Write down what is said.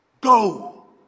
Go